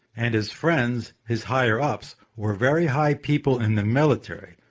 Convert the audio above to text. and his friends his higher-ups were very high people in the military,